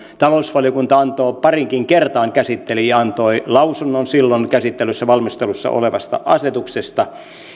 talousvaliokunta antoi lausunnon pariinkin kertaan käsitteli ja antoi lausunnon silloin käsittelyssä valmistelussa olevasta asetuksesta